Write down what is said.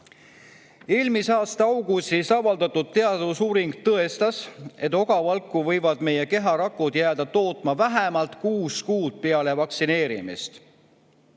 Eelmise aasta augustis avaldatud teadusuuring tõestas, et ogavalku võivad meie keharakud jääda tootma vähemalt kuus kuud peale vaktsineerimist